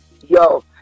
yo